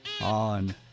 on